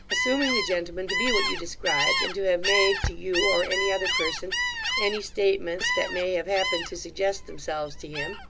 assuming the gentleman to be what you described, and to have made to you or any other person any statements that may have happened to suggest themselves to him,